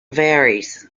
varies